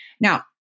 Now